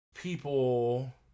people